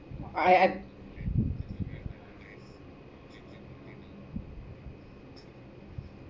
I I